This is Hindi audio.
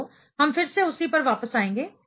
तो हम फिर से उसी पर वापस आएंगे